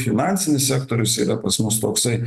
finansinis sektorius yra pas mus toksai